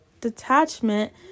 detachment